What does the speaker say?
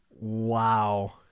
wow